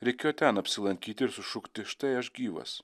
reikėjo ten apsilankyti ir sušukti štai aš gyvas